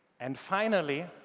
and finally,